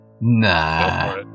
Nah